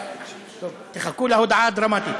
תחכו להודעה הדרמטית.